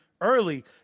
early